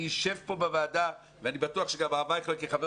אני אשב פה בוועדה ואני בטוח שגם הרב אייכלר כחבר